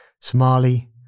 Somali